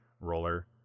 roller